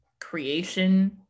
creation